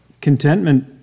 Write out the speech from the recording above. contentment